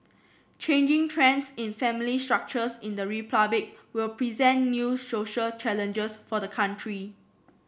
changing trends in family structures in the Republic will present new social challenges for the country